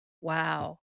Wow